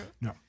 No